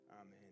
Amen